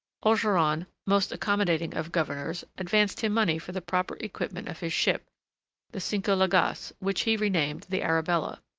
ogeron, most accommodating of governors, advanced him money for the proper equipment of his ship the cinco llagas, which he renamed the arabella.